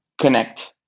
connect